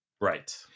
right